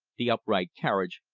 the upright carriage,